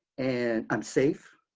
and i'm safe.